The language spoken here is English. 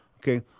Okay